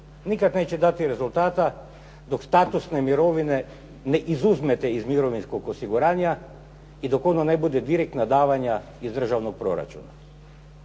nikad neće dati rezultata dok statusne mirovine ne izuzmete iz mirovinskog osiguranja i dok ono ne bude direktna davanja iz državnog proračuna.